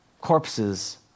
Corpses